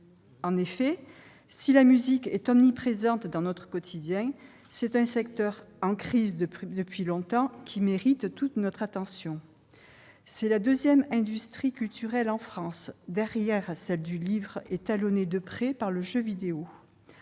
En effet, si la musique est omniprésente dans notre quotidien, le secteur est « en crise » depuis longtemps ; il mérite toute notre attention. C'est la deuxième industrie culturelle en France, derrière celle du livre ; elle est talonnée de près par le jeu vidéo.